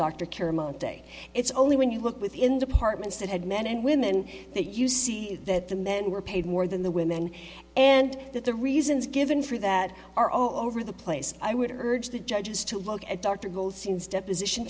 dr caramel day it's only when you look within departments that had men and women that you see that the men were paid more than the women and that the reasons given for that are all over the place i would urge the judges to look at dr goldstein's deposition